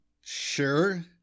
sure